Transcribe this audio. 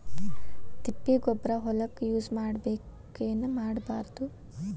ತಿಪ್ಪಿಗೊಬ್ಬರ ಹೊಲಕ ಯೂಸ್ ಮಾಡಬೇಕೆನ್ ಮಾಡಬಾರದು?